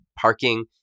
parking